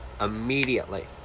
immediately